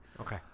Okay